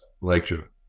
lecture